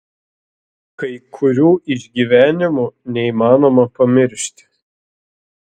kai kurių išgyvenimų neįmanoma pamiršti